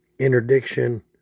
interdiction